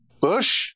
Bush